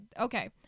okay